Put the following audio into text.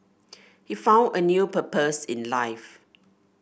he found a new purpose in life